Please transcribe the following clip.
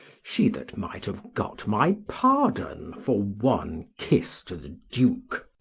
she that might have got my pardon for one kiss to the duke.